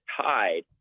tied